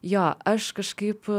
jo aš kažkaip